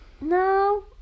No